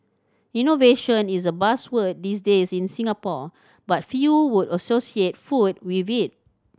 innovation is a buzzword these days in Singapore but few would associate food with it